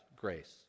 grace